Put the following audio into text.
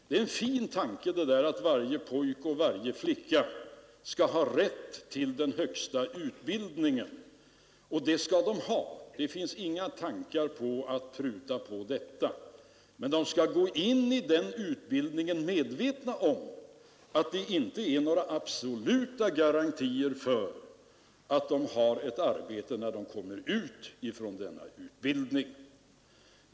Det är en fin tanke att varje pojke och varje flicka skall ha rätt till den högsta utbildningen — och det skall de ha, det vill vi inte alls pruta på men de skall gå in i den utbildningen medvetna om att den inte innebär några absoluta garantier för att de har något arbete när de kommer ut från denna utbildning.